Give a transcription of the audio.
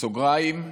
בסוגריים: